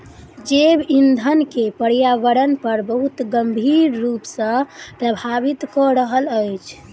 जैव ईंधन के पर्यावरण पर बहुत गंभीर रूप सॅ प्रभावित कय रहल अछि